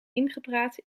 ingepraat